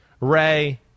Ray